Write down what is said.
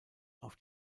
auf